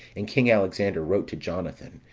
and king alexander wrote to jonathan,